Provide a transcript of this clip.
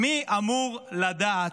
מי אמור לדעת,